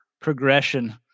progression